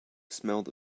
smelled